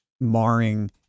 marring